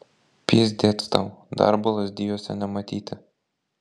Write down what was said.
pyzdec tau darbo lazdijuose nematyti